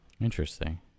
Interesting